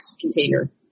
container